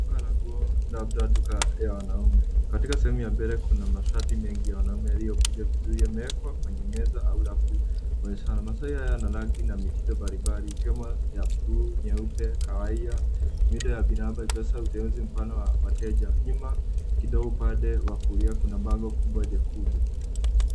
Duka la nguo labda duka la wanaume katika sehemu ya mbele kuna mashati mengi ya wanaume yaliyokunjwa vizuri. Yamewekwa kwenye meza au rafu kuonyeshana. Mashati haya yana rangi na mitindo mbalimbali ikiwa ya buluu, nyeupe, kahawia ikionyesha uteuzi mpana wa wateja. Nyuma kidogo upande wa kulia kuna bango kubwa jekundu.